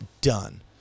done